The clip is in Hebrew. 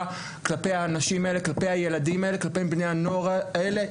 כלפי האנשים האלה; כלפי הילדים האלה; כלפי בני הנוער האלה.